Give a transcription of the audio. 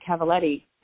Cavalletti